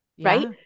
right